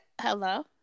Hello